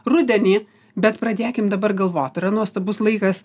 rudenį bet pradėkim dabar galvot yra nuostabus laikas